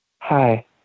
Hi